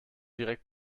direkt